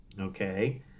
okay